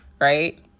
right